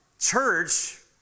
Church